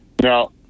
Now